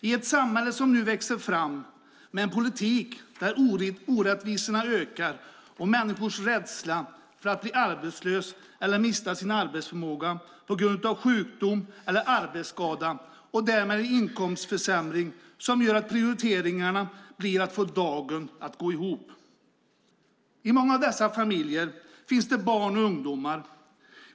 Det samhälle som nu växer fram med en politik där orättvisorna ökar och människors rädsla för att bli arbetslösa eller mista sin arbetsförmåga på grund av sjukdom eller arbetsskada och därmed få en inkomstförsämring gör att prioriteringen blir att få dagen att gå ihop. I många av dessa familjer finns det barn och ungdomar.